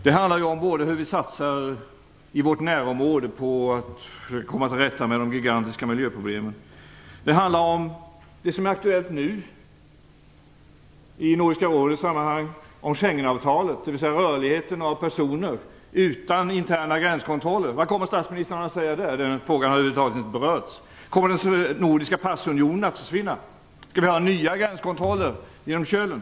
Det handlar både om hur vi i vårt närområde satsar på att försöka komma till rätta mer än de gigantiska miljöproblemen och om det som nu är aktuellt i fråga om Nordiska rådet: Schengenavtalet, dvs. rörligheten för personer utan interna gränskontroller. Vad kommer statsministern att säga där? Den frågan har över huvud taget inte berörts? Skall vi ha nya gränskontroller över kölen?